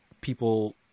People